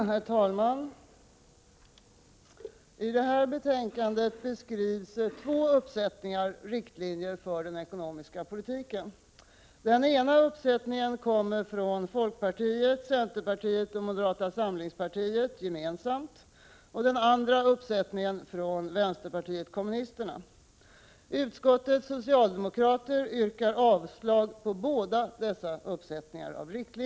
Herr talman! I detta betänkande beskrivs två uppsättningar riktlinjer för den ekonomiska politiken. Den ena uppsättningen kommer från folkpartiet, centerpartiet och moderata samlingspartiet gemensamt och den andra från vänsterpartiet kommunisterna. Utskottets socialdemokrater yrkar avslag på dem båda.